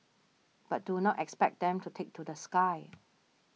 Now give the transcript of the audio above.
but do not expect them to take to the sky